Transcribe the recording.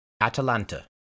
Atalanta